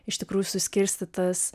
iš tikrųjų suskirstytas